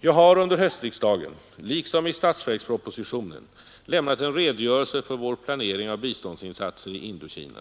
Jag har under höstriksdagen liksom i statsverkspropositionen lämnat en redogörelse för vår planering av biståndsinsatser i Indokina.